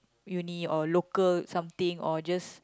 uni or local something or just